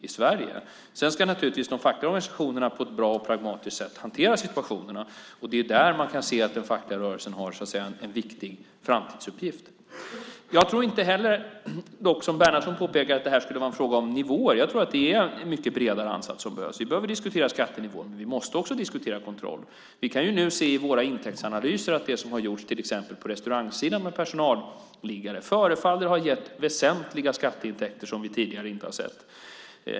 De fackliga organisationerna ska naturligtvis hantera situationerna på ett bra och pragmatiskt sätt. Där har den fackliga rörelsen en viktig framtidsuppgift. Jag tror inte heller, som dock Bernhardsson påpekar, att detta skulle vara en fråga om nivåer. Jag tror att det behövs en mycket bredare ansats. Vi behöver diskutera skattenivåer, men vi måste också diskutera kontroller. I våra intäktsanalyser kan vi se att åtgärder med till exempel personalliggare på restauranger förefaller ha gett väsentliga skatteintäkter som vi tidigare inte har sett.